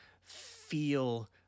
feel